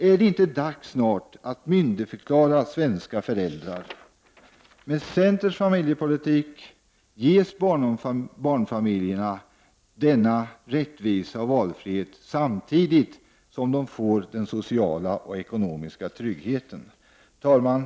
Är det inte snart dags att myndigförklara svenska föräldrar? Med centerns familjepolitik ges barnfamiljerna denna rättvisa och valfrihet samtidigt som de får den sociala och ekonomiska tryggheten. Herr talman!